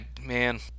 man